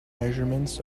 measurements